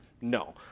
No